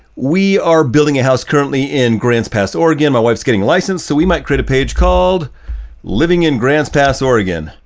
we are building a house currently in grants pass, oregon. my wife's getting licensed, so we might create a page called living in grants pass oregon.